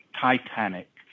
Titanic